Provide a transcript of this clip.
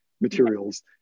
materials